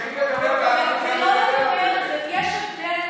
אנחנו ממשיכים לדבר, ואנחנו גם נדבר על זה תכף.